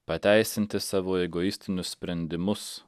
pateisinti savo egoistinius sprendimus